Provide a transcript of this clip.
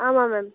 ஆமாம் மேம்